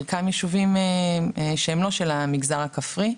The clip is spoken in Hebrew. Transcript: חלקם ישובים שהם לא של המגזר הכפרי,